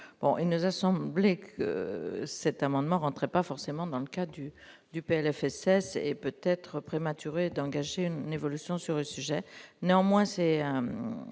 il nous a semblé que cet amendement rendrait pas forcément dans le cas du du PLFSS et peu. Peut-être prématuré d'engager une évolution sur le sujet, néanmoins